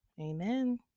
Amen